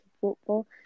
football